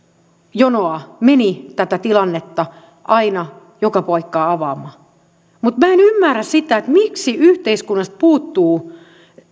jonoa meni tätä tilannetta aina joka paikkaan avaamaan minä en ymmärrä sitä miksi yhteiskunnasta puuttuu